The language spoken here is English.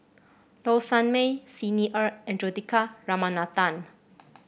Low Sanmay Xi Ni Er and Juthika Ramanathan